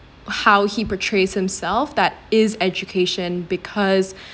how he portrays himself that is education because